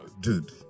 Dude